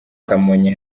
kamonyi